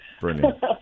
Brilliant